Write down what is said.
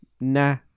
Nah